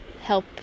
help